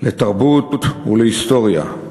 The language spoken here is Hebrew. לתרבות ולהיסטוריה,